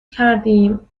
کردیم